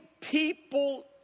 people